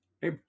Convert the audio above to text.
Hey